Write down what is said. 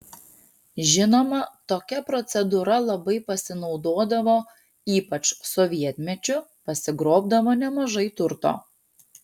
žinoma tokia procedūra labai pasinaudodavo ypač sovietmečiu pasigrobdavo nemažai turto